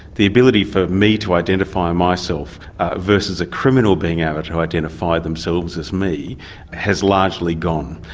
the ability for me to identify myself versus a criminal being able to identify themselves as me has largely gone,